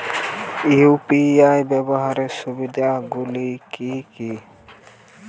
UPI ব্যাবহার সুবিধাগুলি কি কি?